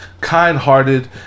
kind-hearted